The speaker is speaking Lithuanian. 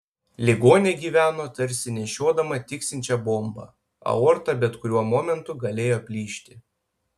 ligonė gyveno tarsi nešiodama tiksinčią bombą aorta bet kuriuo momentu galėjo plyšti